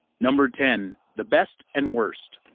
number ten the best and worst.